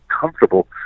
comfortable